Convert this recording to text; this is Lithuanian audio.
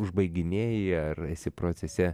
užbaiginėji ar esi procese